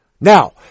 Now